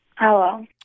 Hello